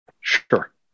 Sure